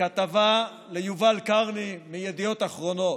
בכתבה ליובל קרני מידיעות אחרונות.